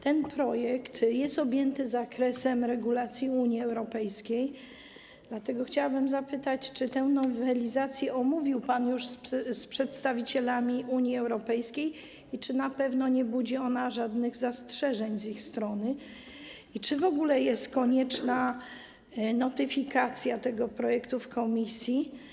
Ten projekt jest objęty zakresem regulacji Unii Europejskiej, dlatego chciałabym zapytać, czy tę nowelizację już pan omówił z przedstawicielami Unii Europejskiej, czy na pewno nie budzi ona z ich strony żadnych zastrzeżeń i czy w ogóle jest konieczna notyfikacja tego projektu w Komisji.